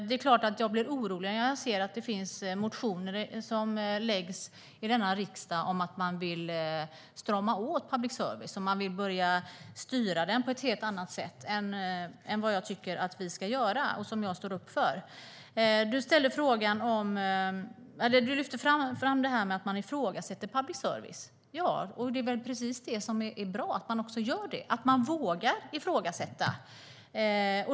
Det är klart att jag blir orolig när jag ser att motioner väcks i riksdagen om att strama åt public service och att börja styra den på ett helt annat sätt än vad jag står upp för och tycker att vi ska göra. Aron Emilsson lyfter fram ifrågasättandet av public service. Det är bra att man vågar ifrågasätta.